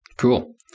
Cool